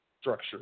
structure